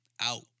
Out